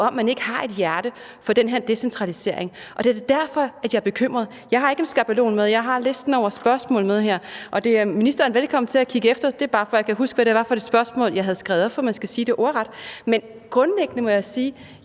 at man ikke har et hjerte for den her decentralisering. Det er da derfor, jeg er bekymret. Jeg har ikke en skabelon med; jeg har listen over spørgsmål med her, og ministeren er velkommen til at kigge efter. Det er bare, for at jeg kan huske, hvad det var for et spørgsmål, jeg havde skrevet op, for man skal sige det ordret. Men grundlæggende må jeg sige,